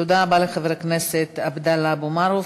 תודה רבה לחבר הכנסת עבדאללה אבו מערוף.